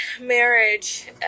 marriage